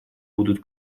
будут